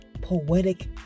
Poetic